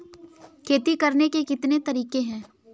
खेती करने के कितने तरीके हैं?